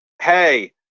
Hey